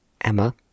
Emma